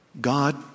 God